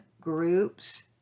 groups